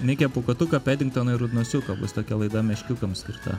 mikę pūkuotuką pėdingtoną ir rudnosiuką bus tokia laida meškiukams skirta